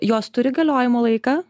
jos turi galiojimo laiką